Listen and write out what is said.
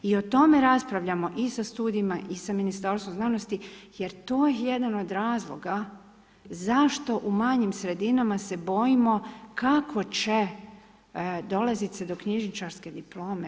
I o tome raspravljamo i sa studijima i sa Ministarstvom znanosti jer to je jedan od razloga zašto u manjim sredinama se bojimo kako će dolaziti se do knjižničarske diplome.